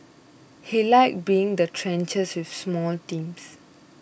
he liked being in the trenches with small teams